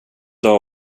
dag